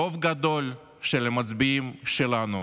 רוב גדול של המצביעים שלנו